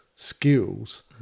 skills